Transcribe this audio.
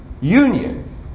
union